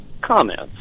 comments